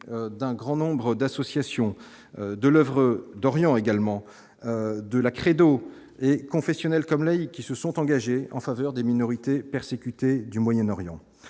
d'un grand nombre d'associations de l'Oeuvre d'Orient également de la credo et confessionnel comme laïc qui se sont engagés en faveur des minorités persécutées du Moyen-Orient